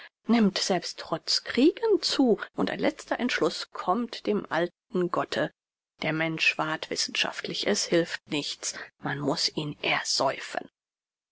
nimmt selbst trotz kriegen zu und ein letzter entschluß kommt dem alten gotte der mensch ward wissenschaftlich es hilft nichts man muß ihn ersäufen